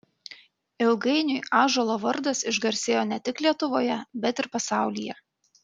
ilgainiui ąžuolo vardas išgarsėjo ne tik lietuvoje bet ir pasaulyje